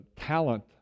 talent